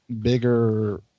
bigger